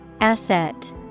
Asset